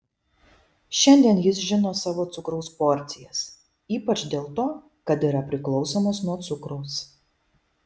šiandien jis žino savo cukraus porcijas ypač dėl to kad yra priklausomas nuo cukraus